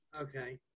okay